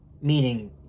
meaning